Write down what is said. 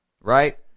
right